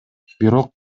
бирок